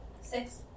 Six